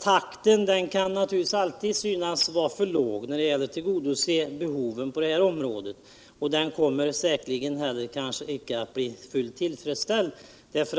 Takten kan naturligtvis alltid synas vara för låg när det gäller att tillgodose behoven på detta område, och den kommer säkerligen inte heller att bli tillfredsställande.